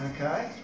okay